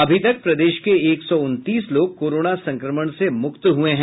अभी तक प्रदेश के एक सौ उनतीस लोग कोरोना संक्रमण से मुक्त हुए हैं